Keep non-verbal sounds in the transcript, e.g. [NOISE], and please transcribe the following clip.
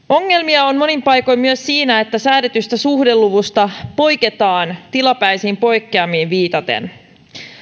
[UNINTELLIGIBLE] ongelmia on monin paikoin myös siinä että säädetystä suhdeluvusta poiketaan tilapäisiin poikkeamiin viitaten